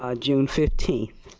ah june fifteenth.